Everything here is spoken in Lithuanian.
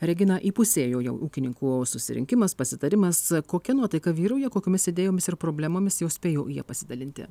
regina įpusėjo jau ūkininkų susirinkimas pasitarimas kokia nuotaika vyrauja kokiomis idėjomis ir problemomis jau spėjo jie pasidalinti